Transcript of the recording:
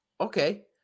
okay